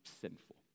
sinful